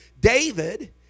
David